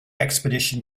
expedition